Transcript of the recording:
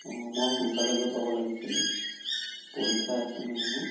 অঁ মই সোনকালে গৈ পাব লাগিছিলে পৰীক্ষা আছে মানে মোৰ